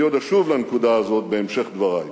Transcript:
אני עוד אשוב לנקודה הזאת בהמשך דברי.